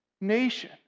nation